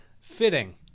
fitting